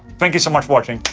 thank you so much for watching,